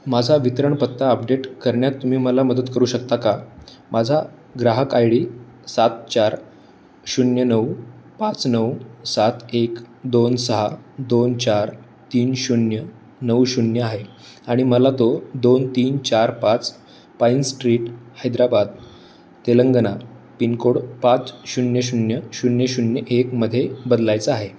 माझा वितरण पत्ता अपडेट करण्यात तुम्ही मला मदत करू शकता का माझा ग्राहक आय डी सात चार शून्य नऊ पाच नऊ सात एक दोन सहा दोन चार तीन शून्य नऊ शून्य आहे आणि मला तो दोन तीन चार पाच Pine Street Hyderabad Telangana pincode पाच शून्य शून्य शून्य शून्य एकमध्ये बदलायचा आहे